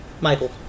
Michael